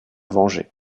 venger